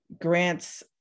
grants